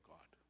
God